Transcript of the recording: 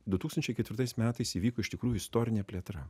du tūkstančiai ketvirtais metais įvyko iš tikrųjų istorinė plėtra